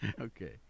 Okay